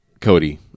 Cody